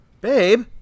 Babe